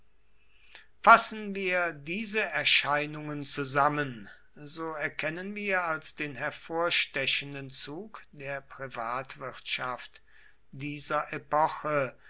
fassen wir diese erscheinungen zusammen so erkennen wir als den hervorstechenden zug der privatwirtschaft dieser epoche